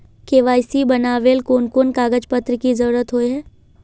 KYC बनावेल कोन कोन कागज पत्र की जरूरत होय है?